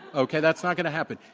okay, that's not going to happen.